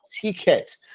ticket